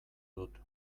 dut